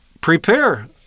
prepare